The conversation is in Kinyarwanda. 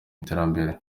iterambere